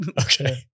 Okay